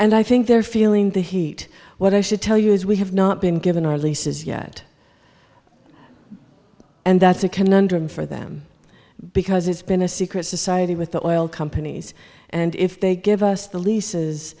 and i think they're feeling the heat what i should tell you is we have not been given our leases yet and that's a conundrum for them because it's been a secret society with the oil companies and if they give us the leases